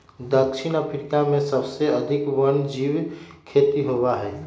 दक्षिण अफ्रीका में सबसे अधिक वन्यजीव खेती होबा हई